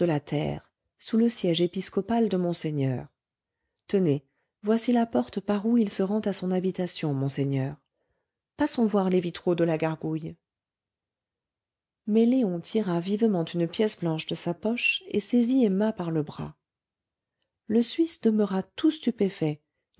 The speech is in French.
sous le siège épiscopal de monseigneur tenez voici la porte par où il se rend à son habitation monseigneur passons voir les vitraux de la gargouille mais léon tira vivement une pièce blanche de sa poche et saisit emma par le bras le suisse demeura tout stupéfait